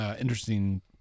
interesting